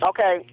Okay